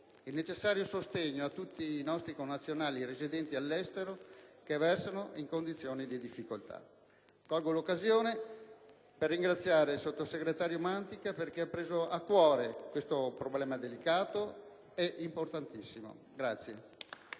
il necessario sostegno a tutti i nostri connazionali residenti all'estero che versano in condizioni di difficoltà. Colgo l'occasione per ringraziare il sottosegretario Mantica perché ha preso a cuore questo problema delicato ed importantissimo.